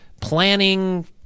planning